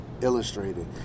Illustrated